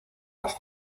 las